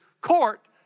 court